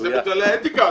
שזה בכללי האתיקה אסור.